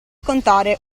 contare